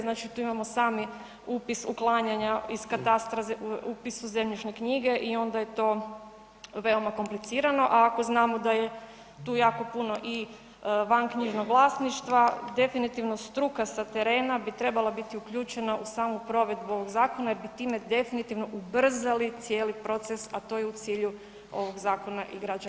Znači tu imamo sami upis uklanjanja iz katastra, upis u zemljišne knjige i onda je to veoma komplicirano, a ako znamo da je tu jako puno i vanknjižnog vlasništva definitivno struka sa terena bi trebala biti uključena u samu provedbu ovog zakona jer bi time definitivno ubrzali cijeli proces, a to je u cilju ovog zakona i građana grada.